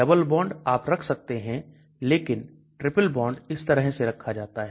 double bond आप रख सकते हैं लेकिन ट्रिपल बॉन्ड इस तरह से रखा जाता है